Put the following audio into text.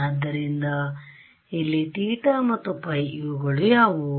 ಆದ್ದರಿಂದ ಇಲ್ಲಿ θ ಮತ್ತು ϕ ಇವುಗಳು ಯಾವುವು